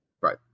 Right